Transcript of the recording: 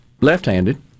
left-handed